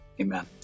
amen